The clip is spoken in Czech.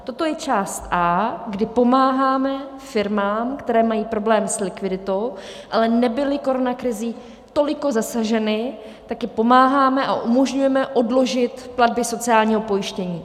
Toto je část A, kdy pomáháme firmám, které mají problém s likviditou, ale nebyly koronakrizí tolik zasaženy, tak jim pomáháme a umožňujeme odložit platby sociálního pojištění.